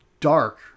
Dark